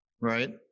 right